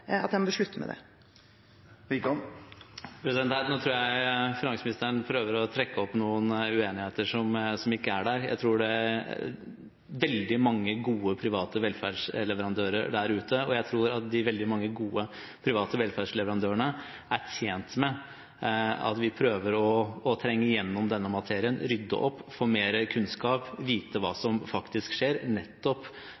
at man bør slutte med det. Nå tror jeg finansministeren prøver å trekke opp noen uenigheter som ikke er der. Jeg tror det er veldig mange gode, private velferdsleverandører der ute, og jeg tror at de veldig mange gode, private velferdsleverandørene er tjent med at vi prøver å trenge igjennom denne materien, rydde opp, få mer kunnskap og vite hva